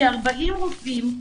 כ-40 רופאים,